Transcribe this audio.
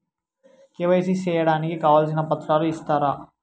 KYC సేయడానికి కావాల్సిన పత్రాలు ఇస్తారా?